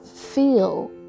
feel